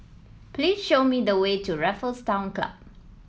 please show me the way to Raffles Town Club